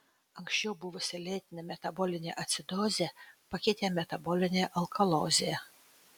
anksčiau buvusią lėtinę metabolinę acidozę pakeitė metabolinė alkalozė